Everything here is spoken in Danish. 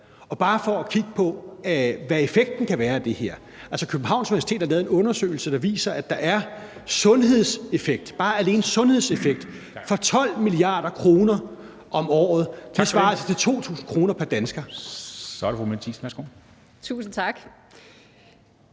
Vi kan bare kigge på, hvad effekten kan være af det her. Københavns Universitet har lavet en undersøgelse, der viser, at der er sundhedseffekt, bare alene sundhedseffekt, for 12 mia. kr. om året. Det svarer altså til 2.000 kr. pr. dansker. Kl. 13:49 Formanden (Henrik Dam